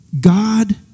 God